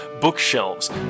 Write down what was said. bookshelves